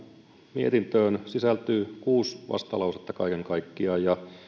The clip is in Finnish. mietintöön sisältyy kuusi vastalausetta kaiken kaikkiaan ja